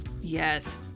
Yes